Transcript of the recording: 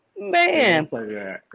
man